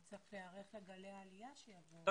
וצריך להיערך לגלי העלייה שיבואו.